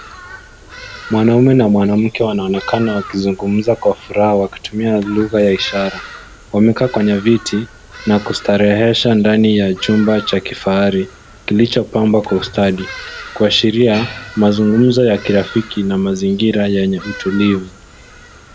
Mwanaume na mwanamke wanaonekana wakizungumza kwa furaha wakitumia lugha ya ishara. Wamekaa kwenye viti na kustarehesha ndani ya chumba cha kifahari kilichopambwa kwa ustadi, kuashiria mazungumzo ya kirafiki na mazingira yenye utulivu.